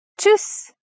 Tschüss